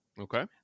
Okay